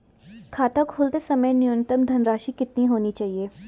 खाता खोलते समय न्यूनतम धनराशि कितनी होनी चाहिए?